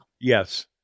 Yes